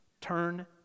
Turn